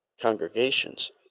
congregations